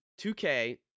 2K